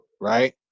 Right